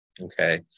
Okay